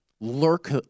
lurk